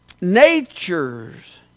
natures